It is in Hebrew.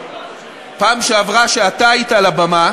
בפעם שעברה שאתה היית על הבמה